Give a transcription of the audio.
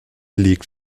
liegt